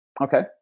Okay